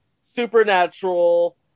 Supernatural